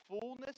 fullness